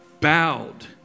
bowed